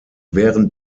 während